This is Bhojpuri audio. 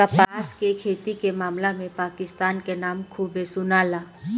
कपास के खेती के मामला में पाकिस्तान के नाम खूबे सुनाला